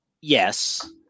yes